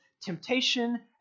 temptation